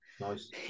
nice